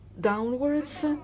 downwards